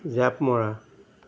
জাঁপ মৰা